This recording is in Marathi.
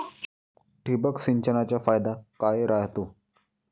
ठिबक सिंचनचा फायदा काय राह्यतो?